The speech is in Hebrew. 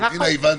את הרוטינה הבנתי.